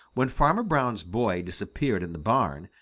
when farmer brown's boy disappeared in the barn,